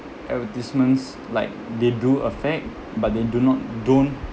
advertisements like they do affect but they do not don't